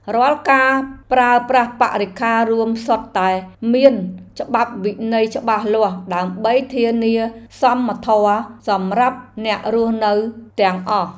រាល់ការប្រើប្រាស់បរិក្ខាររួមសុទ្ធតែមានច្បាប់វិន័យច្បាស់លាស់ដើម្បីធានាសមធម៌សម្រាប់អ្នករស់នៅទាំងអស់។